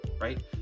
right